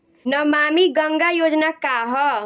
नमामि गंगा योजना का ह?